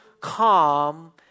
calm